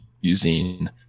using